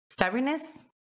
Stubbornness